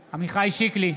שיקלי,